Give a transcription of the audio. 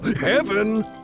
heaven